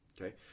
Okay